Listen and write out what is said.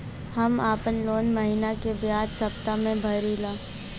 हम आपन लोन महिना के बजाय सप्ताह में भरीला